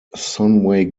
sunway